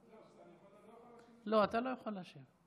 אני יכול, לא, אתה לא יכול להשיב.